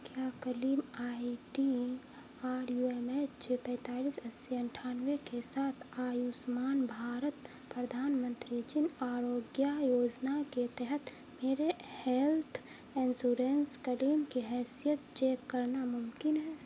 کیا claim I D R U M H پینتالیس اسّی اٹھانوے کے ساتھ آیوشمان بھارت پردھان منتری جن آروگیہ یوجنا کے تحت میرے ہیلتھ انشورنس کلیم کی حیثیت چیک کرنا ممکن ہے